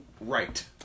right